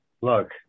look